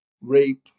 rape